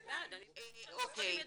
--- ידברו.